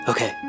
Okay